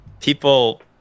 people